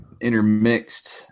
intermixed